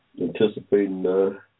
anticipating